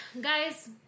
guys